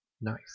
Nice